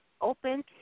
open